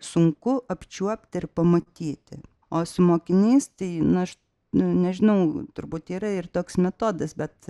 sunku apčiuopt ir pamatyti o su mokiniais tai nu aš nu nežinau turbūt yra ir toks metodas bet